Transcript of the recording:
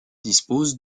dispose